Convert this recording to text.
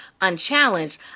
unchallenged